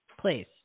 Please